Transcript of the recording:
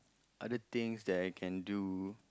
other things that I can do